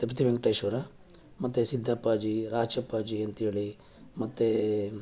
ತಿರುಪತಿ ವೆಂಕಟೇಶ್ವರ ಮತ್ತು ಸಿದ್ದಪ್ಪಾಜಿ ರಾಚಪ್ಪಾಜಿ ಅಂತ್ಹೇಳಿ ಮತ್ತು